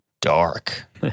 Dark